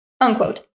Unquote